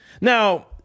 Now